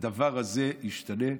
הדבר הזה ישתנה,